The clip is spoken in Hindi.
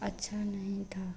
अच्छा नहीं था